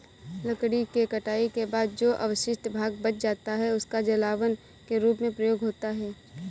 लकड़ी के कटाई के बाद जो अवशिष्ट भाग बच जाता है, उसका जलावन के रूप में प्रयोग होता है